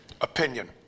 opinion